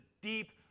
deep